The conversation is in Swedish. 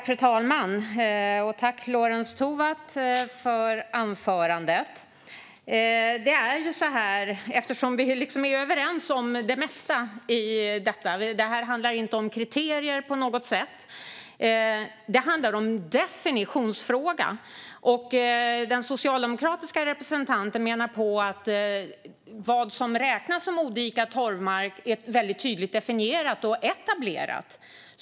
Fru talman! Jag tackar Lorentz Tovatt för anförandet. Vi är överens om det mesta i detta. Det handlar inte om kriterier på något sätt, utan om en definitionsfråga. Den socialdemokratiska representanten menar på att det är väldigt tydligt definierat och etablerat vad som räknas som odikad torvmark.